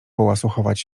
połasuchować